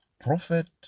Prophet